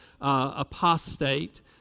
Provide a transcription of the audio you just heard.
apostate